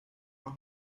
más